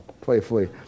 playfully